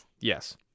yes